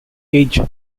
age